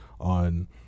on